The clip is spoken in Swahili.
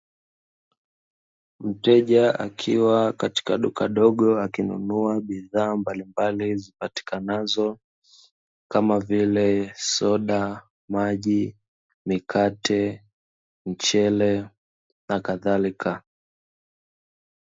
Mteja akiwa katika duka dogo akinunua bidhaa mbalimbali zipatikanazo kama vile soda, maji, mikate, mchele na kadhalika.